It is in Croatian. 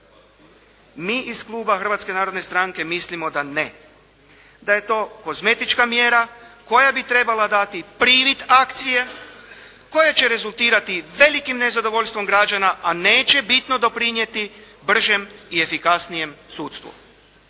Mi iz kluba Hrvatske narodne stranke mislimo da ne, da je to kozmetička mjera koja bi trebala dati privid akcije koja će rezultirati velikim nezadovoljstvom građana, a neće bitno doprinijeti bržem i efikasnijem sudstvu.